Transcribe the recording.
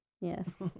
Yes